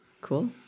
Cool